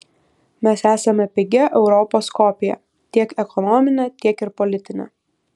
mes esame pigia europos kopija tiek ekonomine tiek ir politine